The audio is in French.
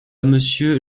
monsieur